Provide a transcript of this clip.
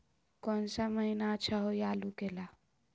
कौन सा महीना अच्छा होइ आलू के ला?